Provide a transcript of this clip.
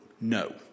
no